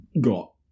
Got